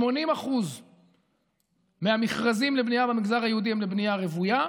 80% מהמכרזים לבנייה במגזר היהודי הם לבנייה רוויה,